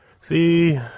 See